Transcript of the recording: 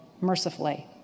mercifully